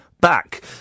back